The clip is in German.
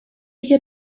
hier